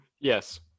Yes